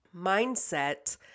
Mindset